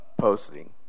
posting